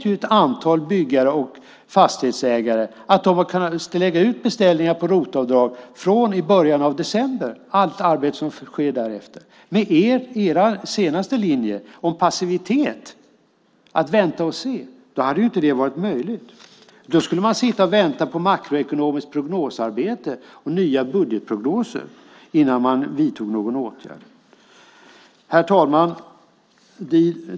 Nu vet ett antal byggare och fastighetsägare att de har kunnat lägga ut beställningar med ROT-avdrag från i början av december och i allt arbete som sker därefter. Med er senaste linje om passivitet och att vänta och se hade det inte varit möjligt. Då skulle man sitta och vänta på ett makroekonomiskt prognosarbete och nya budgetprognoser innan man vidtog någon åtgärd. Herr talman!